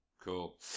Cool